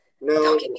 no